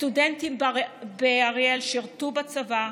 הסטודנטים באריאל שירתו בצבא,